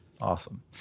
Awesome